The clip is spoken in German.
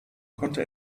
konnte